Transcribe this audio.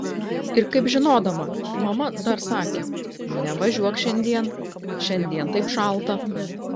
ir kaip žinodama mama dar sakė nevažiuok šiandien šiandien taip šalta